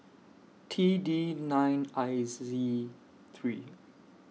T D nine I Z three